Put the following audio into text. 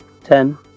Ten